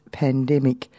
pandemic